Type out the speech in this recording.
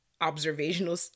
observational